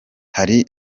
hari